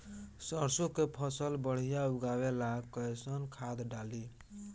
सरसों के फसल बढ़िया उगावे ला कैसन खाद डाली?